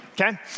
okay